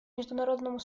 международному